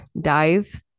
dive